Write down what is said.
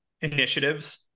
initiatives